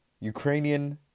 Ukrainian